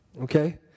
Okay